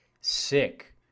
Sick